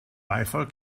beifall